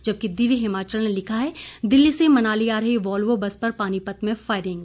जबकि दिव्य हिमाचल ने लिखा है दिल्ली से मनाली आ रही वोल्वो बस पर पानीपत में फायरिंग